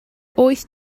wyth